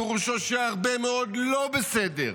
פירושו שהרבה מאוד לא בסדר".